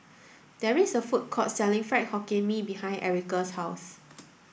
there is a food court selling Fried Hokkien Mee behind Erika's house